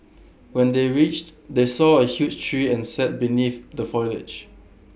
when they reached they saw A huge tree and sat beneath the foliage